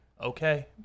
okay